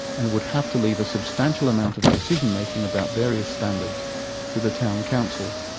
and would have to leave a substantial amount of decision making about various standards to the town council,